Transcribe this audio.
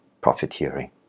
profiteering